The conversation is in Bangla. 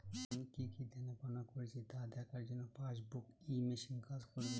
আমি কি কি দেনাপাওনা করেছি তা দেখার জন্য পাসবুক ই মেশিন কাজ করবে?